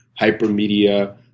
hypermedia